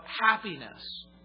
happiness